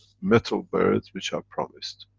metal birds, which i promised.